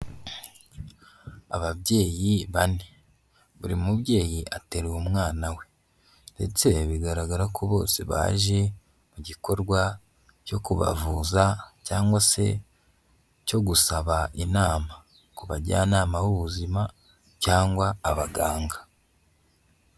Ababyeyi bane, buri mubyeyi ateruye umwana we ndetse bigaragara ko bose baje mu gikorwa cyo kubavuza cyangwa se cyo gusaba inama ku bajyanama b'ubuzima cyangwa abaganga.